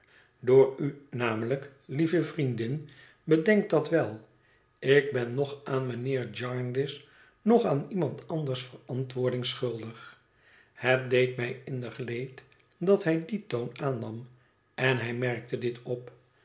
door u namelijk lieve vriendin bedenk dat wel ik ben noch aan mijnheer jarndyce noch aan iemand anders verantwoording schuldig het deed mij innig leed dat hij dien toon aannam en hij merkte dit op